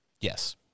yes